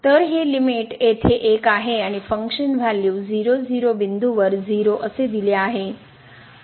तर हे लिमिट येथे 1 आहे आणि फंक्शन व्हॅल्यू 0 0 बिंदूवर 0 असे दिले आहे